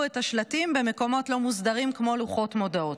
את השלטים במקומות לא מוסדרים כמו לוחות מודעות.